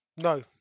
No